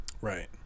right